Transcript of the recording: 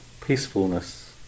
peacefulness